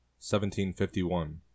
1751